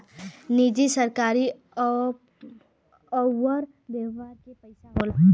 निजी सरकारी अउर व्यापार के पइसा होला